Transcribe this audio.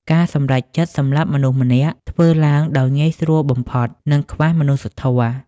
ការសម្រេចចិត្តសម្លាប់មនុស្សម្នាក់ ធ្វើឡើងដោយងាយស្រួលបំផុត និងខ្វះមនុស្សធម៌។